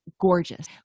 gorgeous